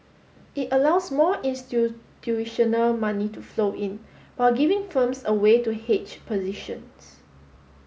it allows more institutional money to flow in while giving firms a way to hedge positions